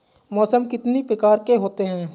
मौसम कितनी प्रकार के होते हैं?